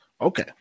Okay